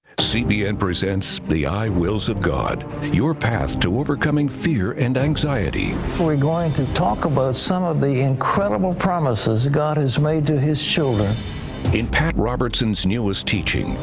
cbn presents the i wills of god, your path to overcoming fear and anxiety. we're going to talk about some of the incredible promises god has made to his. in pat robertson's newest teaching,